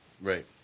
Right